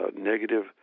negative